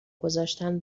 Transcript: گذاشتن